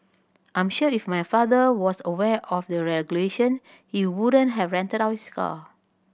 I'm sure if my father was aware of the regulations he wouldn't have rented out his car